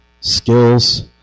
skills